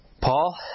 Paul